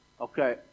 Okay